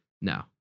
no